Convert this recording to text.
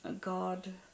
God